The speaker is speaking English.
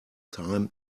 time